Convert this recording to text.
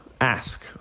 ask